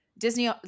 Disney